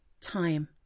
time